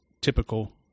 typical